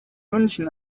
münchen